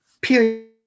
period